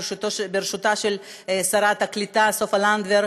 בראשותה של שרת הקליטה סופה לנדבר,